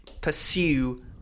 pursue